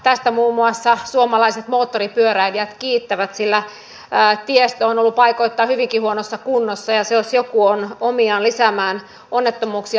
tästä muun muassa suomalaiset moottoripyöräilijät kiittävät sillä tiestö on ollut paikoittain hyvinkin huonossa kunnossa ja se jos joku on omiaan lisäämään onnettomuuksia